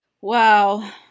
Wow